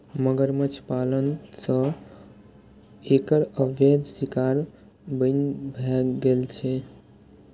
मगरमच्छ पालन सं एकर अवैध शिकार बन्न भए गेल छै